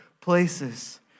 places